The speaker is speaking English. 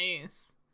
Nice